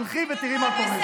תלכי ותראי מה קורה שם.